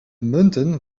munten